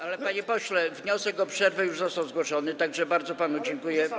Ale panie pośle, wniosek o przerwę już został zgłoszony, tak że bardzo panu dziękuję.